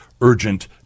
urgent